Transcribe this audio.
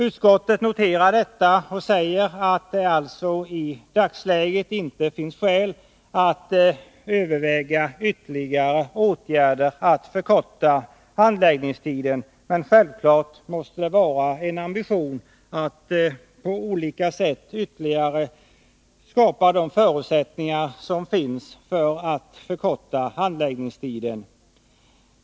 Utskottet noterar detta och säger att det alltså i dagsläget inte finns skäl att överväga ytterligare åtgärder för att förkorta handläggningstiden, men självfallet måste det vara en ambition att på olika sätt skapa förutsättningar för en sådan förkortning.